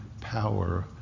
power